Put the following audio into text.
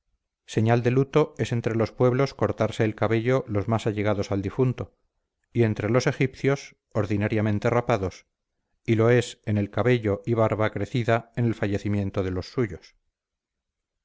señal de luto es entre los pueblos cortarse el cabello los más allegados al difunto y entre los egipcios ordinariamente rapados y lo es el cabello y barba crecida en el fallecimiento de los suyos